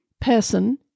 person